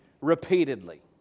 repeatedly